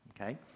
okay